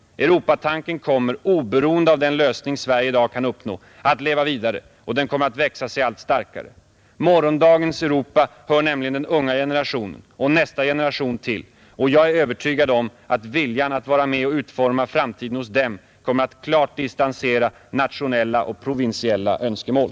Europatanken kommer — oberoende av den lösning Sverige i dag kan uppnå — att leva vidare och den kommer att växa sig allt starkare, Morgondagens Europa hör nämligen den unga generationen och nästa generation till, och jag är övertygad om att viljan att vara med och utforma framtiden hos dem kommer att klart distansera nationella och provinsiella önskemål!